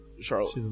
Charlotte